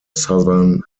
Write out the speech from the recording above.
southern